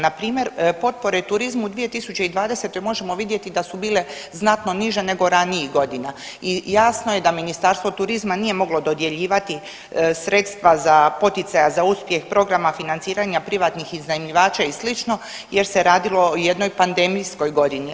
Npr. potpore turizmu u 2020. možemo vidjeti da su bile znatno niže nego ranijih godina i jasno je da Ministarstvo turizma nije moglo dodjeljivati sredstva za poticaja za uspjeh programa financiranja privatnih iznajmljivača i sl. jer se radilo o jednoj pandemijskoj godini.